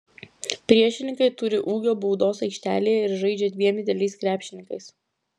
priešininkai turi ūgio baudos aikštelėje ir žaidžia dviem dideliais krepšininkais